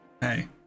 Hey